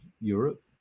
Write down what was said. Europe